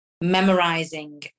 memorizing